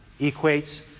equates